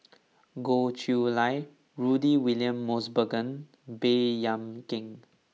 Goh Chiew Lye Rudy William Mosbergen Baey Yam Keng